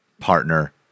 partner